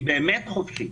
היא באמת חופשית,